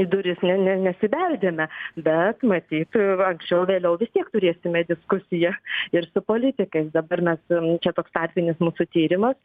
į duris ne ne nesibeldėme bet matyt anksčiau vėliau vis tiek turėsime diskusiją ir su politikais dabar mes čia toks tarpinis mūsų tyrimas